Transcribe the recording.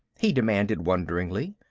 he demanded wonderingly.